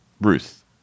Ruth